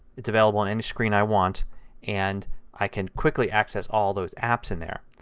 it is available on any screen i want and i can quickly access all those apps in there.